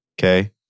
Okay